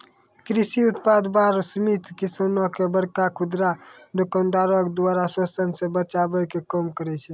कृषि उत्पाद बार समिति किसानो के बड़का खुदरा दुकानदारो के द्वारा शोषन से बचाबै के काम करै छै